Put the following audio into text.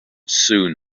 soon